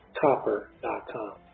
copper.com